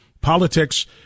Politics